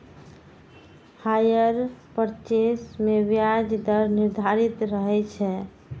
hire purchase मे ब्याज दर निर्धारित रहै छै